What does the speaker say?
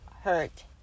hurt